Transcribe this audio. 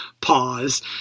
pause